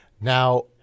now